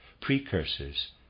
precursors